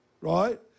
right